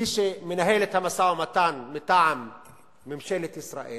מי שמנהל את המשא-ומתן מטעם ממשלת ישראל